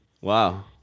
Wow